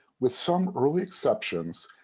with some early exceptions,